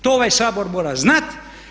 To ovaj Sabor mora znati.